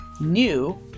new